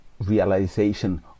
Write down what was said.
realization